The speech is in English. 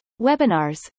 webinars